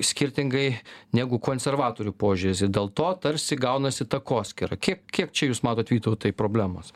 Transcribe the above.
skirtingai negu konservatorių požiūris ir dėl to tarsi gaunasi takoskyra kiek kiek čia jūs matot vytautui problemos